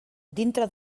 dintre